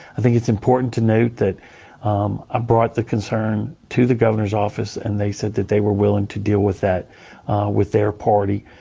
i think it's important to note that i um ah brought the concern to the governor's office, and they said that they were willing to deal with that with their party.